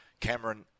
Cameron